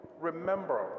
Remember